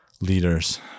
leaders